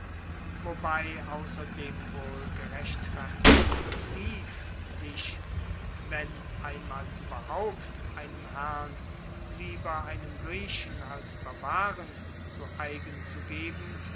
wobei ausser dem wohl gerechtfertigten motiv sich wenn einmal ueberhaupt einem herrn lieber einem griechen als barbaren zu eigen zu geben